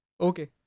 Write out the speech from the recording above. okay